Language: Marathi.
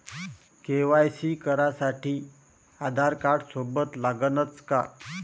के.वाय.सी करासाठी आधारकार्ड सोबत लागनच का?